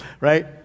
right